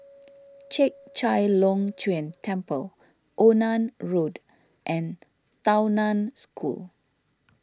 Chek Chai Long Chuen Temple Onan Road and Tao Nan School